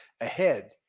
ahead